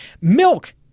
milk